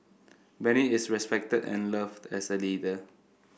Benny is respected and loved as a leader